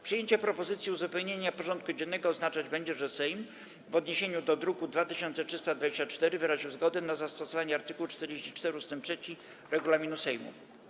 Przyjęcie propozycji uzupełnienia porządku dziennego oznaczać będzie, że Sejm w odniesieniu do druku nr 2324 wyraził zgodę na zastosowanie art. 44 ust. 3 regulaminu Sejmu.